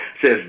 says